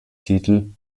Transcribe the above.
titel